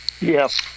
Yes